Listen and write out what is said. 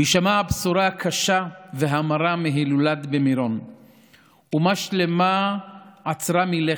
בהישמע הבשורה הקשה והמרה מההילולה במירון אומה שלמה עצרה מלכת,